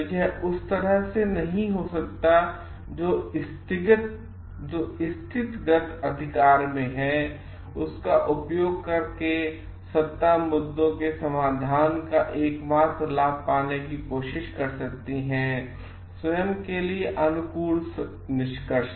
तो यह उस तरह नहीं हो सकता जो स्थितिगत अधिकार में है उस का उपयोग करके सत्ता मुद्दों के समाधान का एकमात्र लाभ पाने की कोशिश कर सकती है और स्वयं के लिए अनुकूल निष्कर्ष